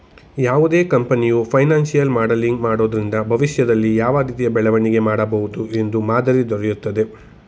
ಯಾವುದೇ ಕಂಪನಿಯು financial modelling ಮಾಡೋದ್ರಿಂದ ಭವಿಷ್ಯದಲ್ಲಿ ಯಾವ ರೀತಿಯ ಬೆಳವಣಿಗೆ ಮಾಡಬಹುದು ಎಂಬ ಮಾದರಿ ದೊರೆಯುತ್ತದೆ